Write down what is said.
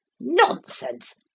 Nonsense